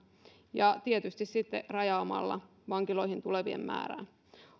ja tietysti rajaamalla vankiloihin tulevien määrää